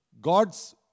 God's